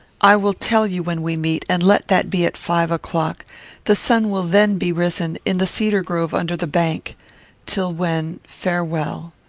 i will tell you when we meet, and let that be at five o'clock the sun will then be risen in the cedar-grove under the bank till when, farewell.